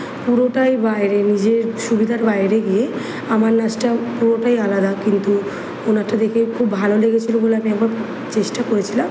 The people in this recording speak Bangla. পুরোটাই বাইরে নিজের সুবিধার বাইরে গিয়ে আমার নাচটা পুরোটাই আলাদা কিন্তু ওঁরটা দেখে খুব ভালো লেগেছিলো বলে আমি একবার চেষ্টা করেছিলাম